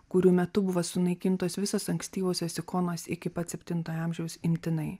kurių metu buvo sunaikintos visos ankstyvosios ikonos iki pat septintojo amžiaus imtinai